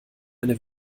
eine